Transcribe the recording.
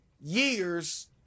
years